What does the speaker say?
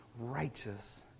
righteous